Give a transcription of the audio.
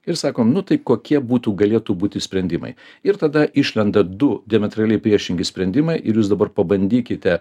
ir sakom nu tai kokie būtų galėtų būti sprendimai ir tada išlenda du diametraliai priešingi sprendimai ir jūs dabar pabandykite